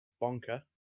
Bonker